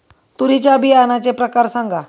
तूरीच्या बियाण्याचे प्रकार सांगा